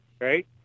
right